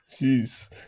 Jeez